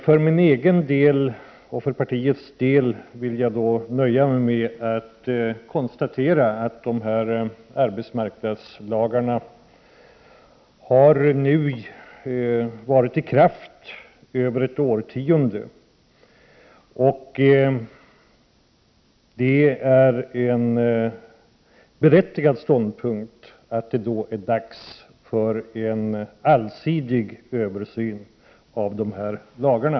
För min egen del och för partiets del vill jag då nöja mig med att konstatera att arbetsmarknadslagarna nu har varit i kraft i över ett årtionde. Det är en berättigad ståndpunkt att det då är dags för en allsidig översyn.